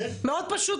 מאוד פשוט